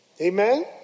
Amen